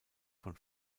von